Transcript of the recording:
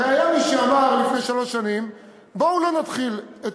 הרי היה מי שאמר לפני שלוש שנים: בואו לא נתחיל את